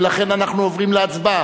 ולכן אנחנו עוברים להצבעה.